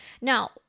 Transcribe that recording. Now